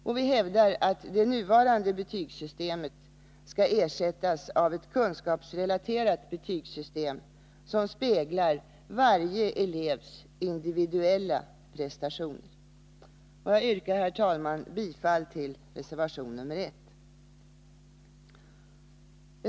Och vi hävdar att det nuvarande betygssystemet skall ersättas av ett kunskapsrelaterat betygssystem, som speglar varje elevs individuella prestationer. Jag yrkar, herr talman, bifall till reservation 1.